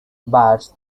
births